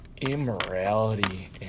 immorality